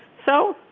so,